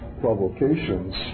provocations